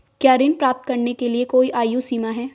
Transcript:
क्या ऋण प्राप्त करने के लिए कोई आयु सीमा है?